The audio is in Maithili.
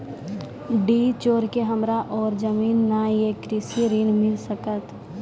डीह छोर के हमरा और जमीन ने ये कृषि ऋण मिल सकत?